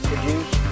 Produce